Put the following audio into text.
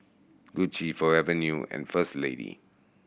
Gucci Forever New and First Lady